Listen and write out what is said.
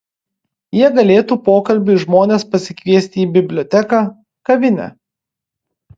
jie galėtų pokalbiui žmones pasikviesti į biblioteką kavinę